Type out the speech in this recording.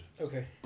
Okay